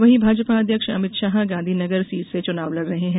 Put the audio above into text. वहीं भाजपा अध्यक्ष अमित शाह गांधीनगर सीट से चुनाव लड़ रहे हैं